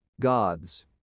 God's